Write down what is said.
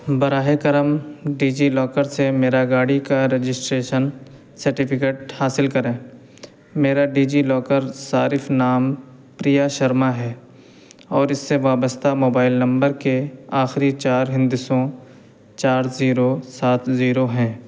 براہ کرم ڈیجیلاکر سے میرا گاڑی کا رجسٹریشن سرٹیفکیٹ حاصل کریں میرا ڈیجیلاکر صارف نام پریا شرما ہے اور اس سے وابستہ موبائل نمبر کے آخری چار ہندسوں چار زیرو سات زیرو ہیں